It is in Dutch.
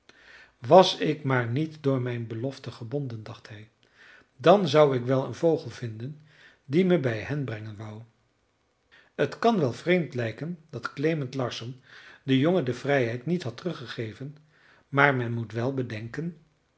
was ik maar niet door mijn belofte gebonden dacht hij dan zou ik wel een vogel vinden die me bij hen brengen wou t kan wel vreemd lijken dat klement larsson den jongen de vrijheid niet had teruggegeven maar men moet wel bedenken